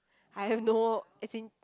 I have no as in